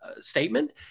statement